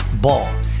Ball